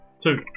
Two